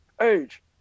age